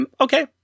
okay